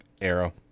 arrow